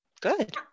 good